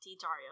Dario